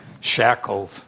shackled